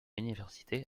université